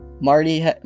Marty